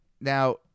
Now